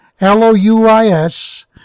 L-O-U-I-S